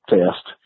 test